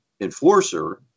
enforcer